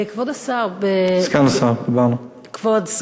כבוד השר,